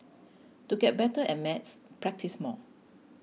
to get better at maths practise more